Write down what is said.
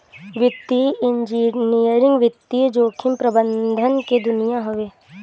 वित्तीय इंजीनियरिंग वित्तीय जोखिम प्रबंधन के दुनिया हवे